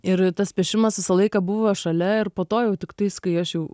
ir tas piešimas visą laiką buvo šalia ir po to jau tiktais kai aš jau